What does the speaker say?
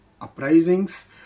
uprisings